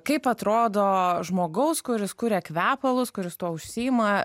kaip atrodo žmogaus kuris kuria kvepalus kuris tuo užsiima